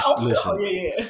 listen